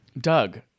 Doug